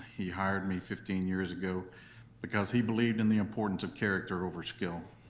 he hired me fifteen years ago because he believed in the importance of character over skill.